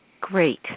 Great